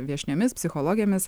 viešniomis psichologėmis